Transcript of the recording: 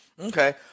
Okay